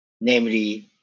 Namely